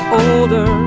older